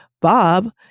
Bob